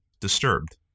Disturbed